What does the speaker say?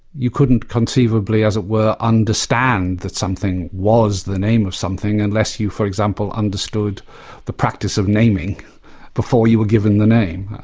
you couldn't conceivably, as it were, understand that something was the name of something unless you for example, understood the practice of naming before you were given the name.